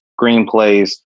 screenplays